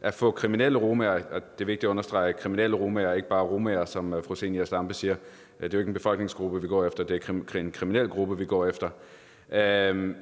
at få kriminelle romaer ud – og det er vigtigt at understrege, at det er de kriminelle romaer og ikke bare romaer, som fru Zenia Stampe siger, for det er jo ikke en befolkningsgruppe, vi går efter, det er en kriminel gruppe, vi går efter –